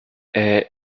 est